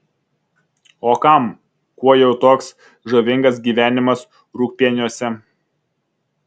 o kam kuo jau toks žavingas gyvenimas rūgpieniuose